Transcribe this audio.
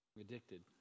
addicted